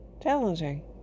challenging